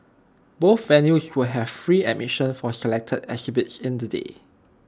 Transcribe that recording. both venues will have free admissions for selected exhibits in the day